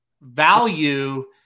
value